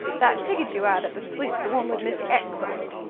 that ticket you ad at the sweep, the one with mr. x' on it.